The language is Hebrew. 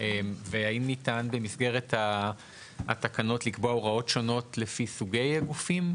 והאם ניתן במסגרת התקנות לקבוע הוראות שונות לפי סוגי הגופים?